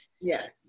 Yes